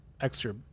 extra